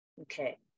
Okay